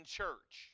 church